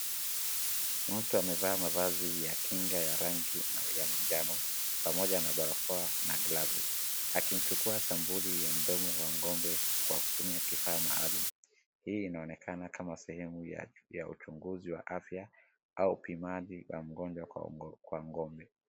Mtu amevaa mavazi ya kinga ya rangi ya manjano pamoja na barakoa na glavu, akimchukua sampuli ya mdomo wa ng'ombe kwa kutumia kifaa maalumu. Hii inaonekana kama sehemu ya uchunguzi wa afya au upimaji wa mgonjwa kwa ng'ombe.